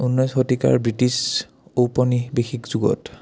ঊনৈছশ শতিকাৰ ব্ৰিটিছ ঔপনিবিশ যুগত